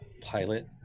pilot